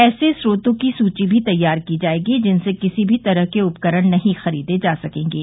ऐसे स्रोतों की सूची भी तैयार की जाएगी जिनसे किसी भी तरह के उपकरण नहीं खरीदे जा सकेंगे